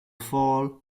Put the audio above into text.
fall